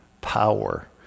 power